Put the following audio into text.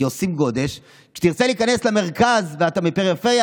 ועושים גודש כשתרצה להיכנס למרכז ואתה מהפריפריה,